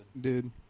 dude